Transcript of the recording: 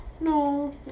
No